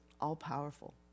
all-powerful